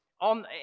on